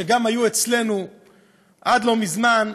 שגם היו אצלנו עד לא מזמן,